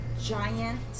giant